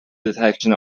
detection